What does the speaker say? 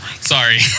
Sorry